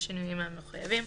בשינויים המחויבים,